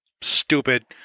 stupid